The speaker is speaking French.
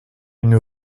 une